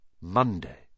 Monday